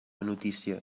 notícia